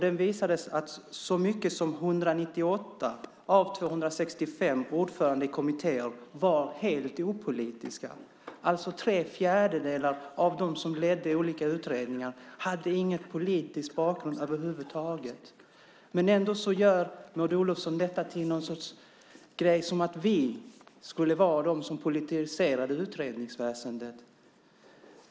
Den visade att så många som 198 av 265 ordförande i kommittéer var helt opolitiska. Tre fjärdedelar av dem som ledde olika utredningar hade alltså ingen politisk bakgrund över huvud taget. Men ändå gör Maud Olofsson detta till en grej om att vi skulle ha varit de som politiserade utredningsväsendet.